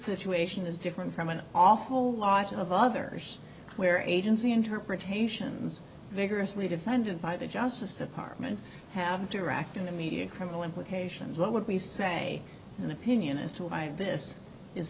situation is different from an awful lot of others where agency interpretations vigorously defended by the justice department have interact in the media criminal implications what would we say in opinion as to why this is